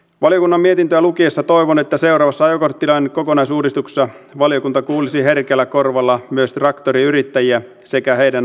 valiokunnan mietintöä lukiessa toivon että seuraavassa ajokorttilain kokonaisuudistuksessa valiokunta kuulisi herkällä korvalla myös traktoriyrittäjiä sekä heidän asiantuntijoitaan